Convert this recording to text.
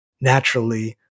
naturally